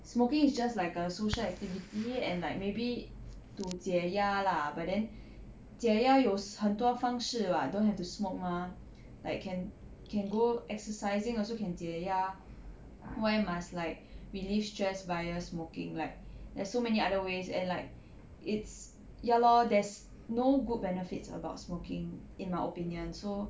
smoking is just like a social activity and like maybe to 解压 lah but then 解压有很多方式 [what] don't have to smoke mah like can can go exercising also can 解压 why must like relieve stress via smoking like there's so many other ways and like it's ya lor there's no good benefits about smoking in my opinion so